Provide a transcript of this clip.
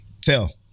Tell